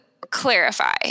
clarify